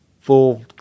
full